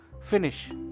finish